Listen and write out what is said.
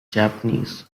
japanese